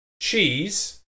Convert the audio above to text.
Cheese